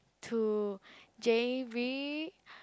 to j_b